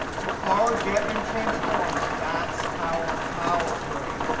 so our get and transform, that's our power query.